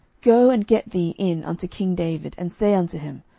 go and get thee in unto king david, and say unto him,